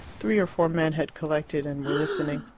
three or four men had collected, and were listening.